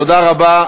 תודה רבה.